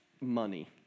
money